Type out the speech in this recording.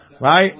right